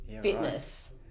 fitness